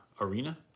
arena